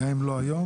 גם אם לא היום,